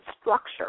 structure